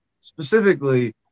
specifically